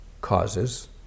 causes